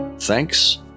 Thanks